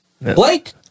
Blake